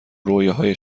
رویاهای